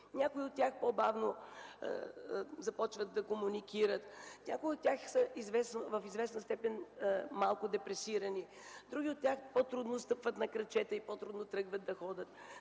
някои от тях по-бавно започват да комуникират, някои са в известна степен депресирани, други по-трудно стъпват на крачета и по-трудно започват да ходят